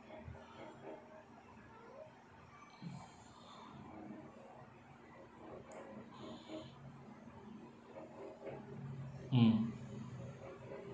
mm